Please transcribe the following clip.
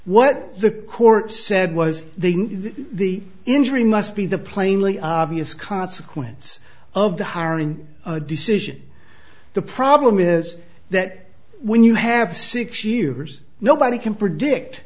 what the court said was the the injury must be the plainly obvious consequence of the hiring decision the problem is that when you have six years nobody can predict